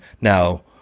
now